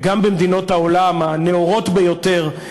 גם במדינות העולם הנאורות ביותר,